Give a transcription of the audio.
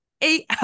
eight